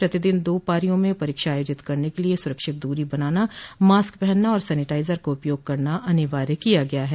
प्रतिदिन दो पारियों में परीक्षा आयोजित करने के लिए सुरक्षित दूरी बनाना मास्क पहनना और सैनिटाइजर का उपयोग करना अनिवार्य किया गया है